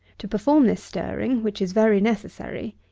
to perform this stirring, which is very necessary,